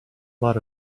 lot